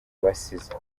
basize